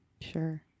Sure